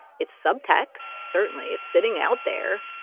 it's subtext certainly it's sitting out there.